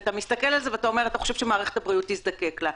אתה מסתכל על זה ואומר שאתה חושב שמערכת הבריאות תזדקק לה.